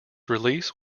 release